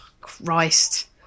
Christ